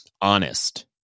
Honest